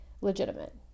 legitimate